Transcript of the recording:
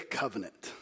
covenant